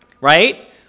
right